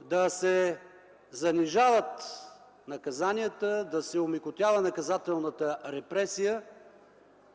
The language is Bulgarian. Да се занижават наказанията, да се омекотява наказателната репресия,